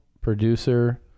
producer